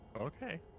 Okay